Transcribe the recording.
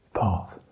Path